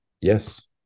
Yes